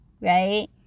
right